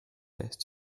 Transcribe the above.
best